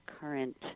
current